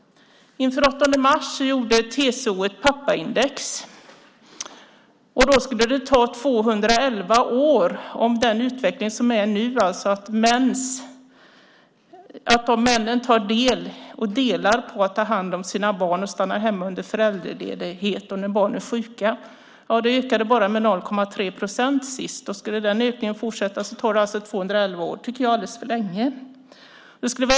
Inför 8 mars gjorde TCO ett pappaindex. Enligt deras beräkningar skulle det ta 211 år att uppnå lika fördelning om den utveckling som är nu skulle fortsätta vad gäller männens uttag av föräldraledighet och att vara hemma när barnen är sjuka. Det ökade bara med 0,3 procent sist, och om den ökningen skulle fortsätta tar det alltså 211 år. Det tycker jag är alldeles för länge.